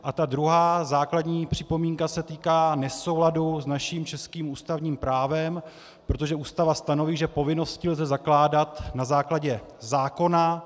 A ta druhá základní připomínka se týká nesouladu s naším českým ústavním právem, protože Ústava stanoví, že povinnosti lze zakládat na základě zákona.